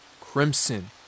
Crimson